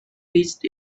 reached